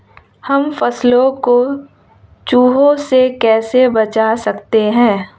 हम फसलों को चूहों से कैसे बचा सकते हैं?